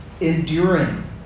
enduring